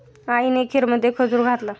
आईने खीरमध्ये खजूर घातला